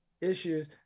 issues